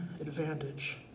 advantage